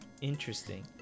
Interesting